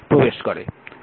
এবং এই ক্ষেত্রে p vi